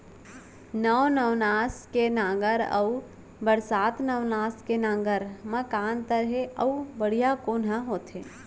नौ नवनास के नांगर अऊ बरसात नवनास के नांगर मा का अन्तर हे अऊ बढ़िया कोन हर होथे?